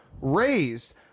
raised